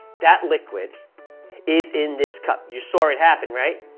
that liquid is in this cup. you saw it happen, right?